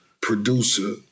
producer